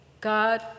God